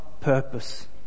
purpose